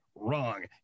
Wrong